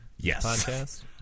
Yes